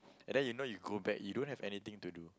and that you know you go back you don't have anything to do